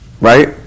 Right